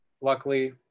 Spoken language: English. Luckily